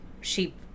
sheep